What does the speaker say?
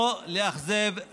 לא לאכזב,